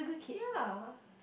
ya